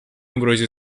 угрозе